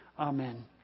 Amen